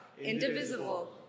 indivisible